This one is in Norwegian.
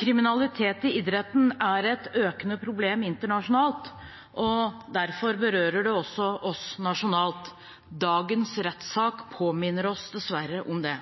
Kriminalitet i idretten er et økende problem internasjonalt. Derfor berører det også oss nasjonalt. Dagens rettssak minner oss dessverre på det.